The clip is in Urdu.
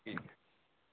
ٹھیک ہے